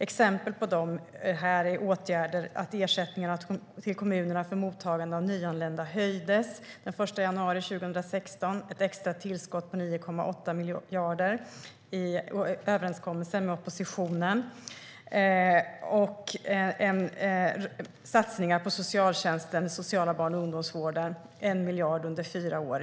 Exempel på sådana åtgärder är att ersättningarna till kommunerna för mottagande av nyanlända höjdes den 1 januari 2016, genom överenskommelse med oppositionen gjordes ett extra tillskott på 9,8 miljarder kronor. Satsningar på socialtjänsten och den sociala barn och ungdomsvården uppgick till 1 miljard under fyra år.